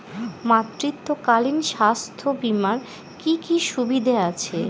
মাতৃত্বকালীন স্বাস্থ্য বীমার কি কি সুবিধে আছে?